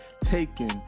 taken